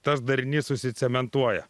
tas darinys susicementuoja